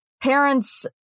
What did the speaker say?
parents